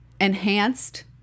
Enhanced